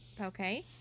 Okay